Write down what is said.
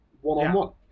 one-on-one